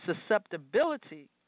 susceptibility